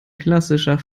klassischer